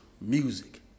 music